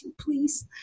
please